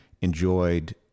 enjoyed